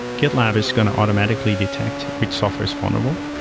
gitlab is going to automatically detect which software is vulnerable.